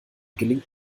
gelingt